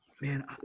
man